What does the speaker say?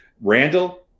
Randall